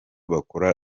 bakora